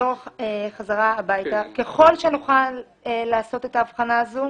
נחזור הביתה וככל שנוכל לעשות את ההבחנה הזו,